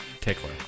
tickler